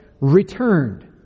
returned